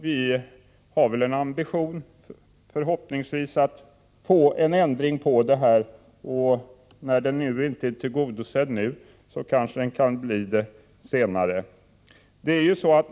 Vi har ändå en förhoppning om att kunna åstadkomma en ändring på den här punkten, och om vårt önskemål inte blir tillgodosett nu kanske det kan bli det senare.